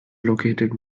located